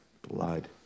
Blood